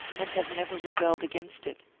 and have never rebelled against it?